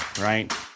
right